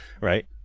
right